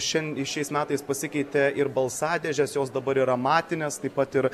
šian šiais metais pasikeitė ir balsadėžes jos dabar yra matinės taip pat ir